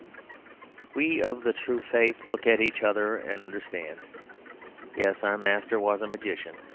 we of the true faith look at each other and understand yes, our master was a magician.